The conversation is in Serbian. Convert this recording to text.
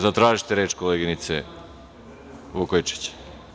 Zatražite reč, koleginice Vukojičić.